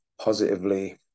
positively